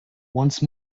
once